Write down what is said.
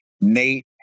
Nate